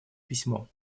письмо